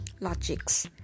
logics